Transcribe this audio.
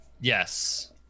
Yes